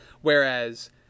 Whereas